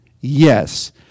Yes